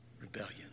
Rebellion